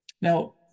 now